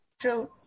True